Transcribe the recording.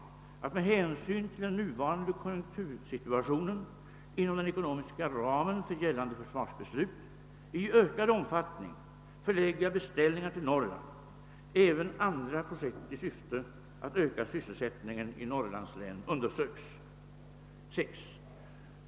med hänsyn till den nuvarande konjunktursituationen inom den ekonomiska ramen för gällande försvarsbeslut i ökad omfattning förlägga beställningar till Norrland. även andra projekt i syfte att öka sysselsättningen i Norrlandslänen undersöks. 6.